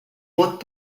vot